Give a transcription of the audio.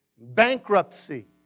bankruptcy